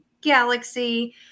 Galaxy